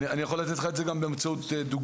אני גם יכול לתת לך את זה באמצעות דוגמה.